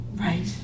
Right